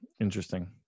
Interesting